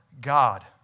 God